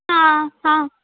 ਹਾਂ ਹਾਂ